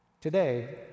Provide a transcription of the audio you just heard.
Today